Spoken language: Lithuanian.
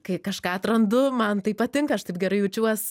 kai kažką atrandu man tai patinka aš taip gerai jaučiuos